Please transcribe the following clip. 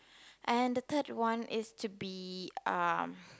and the third one is to be um